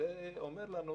ואומר לנו